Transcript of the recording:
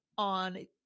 on